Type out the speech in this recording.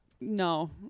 no